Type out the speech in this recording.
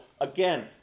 again